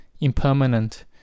impermanent